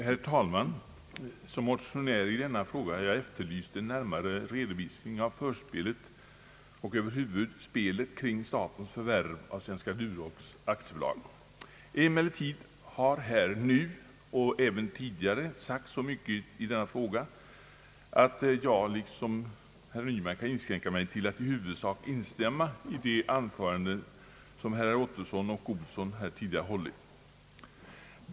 Herr talman! Som motionär i denna fråga har jag efterlyst en närmare redovisning av förspelet till och över huvud taget spelet kring statens förvärv av Svenska Durox AB. Emellertid har här nu och även tidigare sagts så mycket i denna fråga att jag i likhet med herr Nyman kan inskränka mig till att i huvudsak instämma i de anföranden som tidigare hållits av herr Ottosson och herr Olsson.